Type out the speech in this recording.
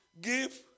Give